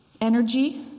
energy